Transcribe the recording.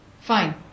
fine